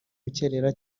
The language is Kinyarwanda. rukerera